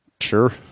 Sure